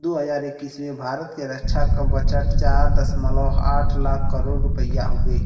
दू हज़ार इक्कीस में भारत के रक्छा बजट चार दशमलव आठ लाख करोड़ रुपिया हउवे